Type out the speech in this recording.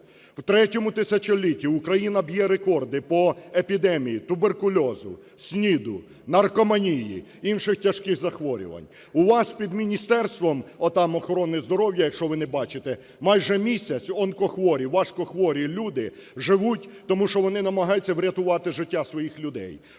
В ІІІ тисячолітті Україна б'є рекорди по епідемії туберкульозу, СНІДу, наркоманії, інших тяжких захворювань. У вас під Міністерством отам охорони здоров'я, якщо ви не бачите, майже місяць онкохворі, важкохворі люди живуть, тому що вони намагаються врятувати життя своїх людей…